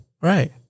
Right